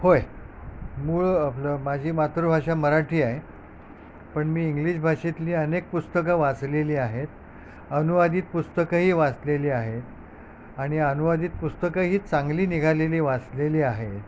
हो मूळ आपलं माझी मातृभाषा मराठी आहे पण मी इंग्लिश भाषेतली अनेक पुस्तकं वाचलेली आहेत अनुवादित पुस्तकंही वाचलेली आहेत आणि अनुवादित पुस्तकंही चांगली निघालेली वाचलेली आहे